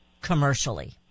commercially